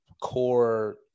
core